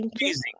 amazing